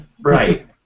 right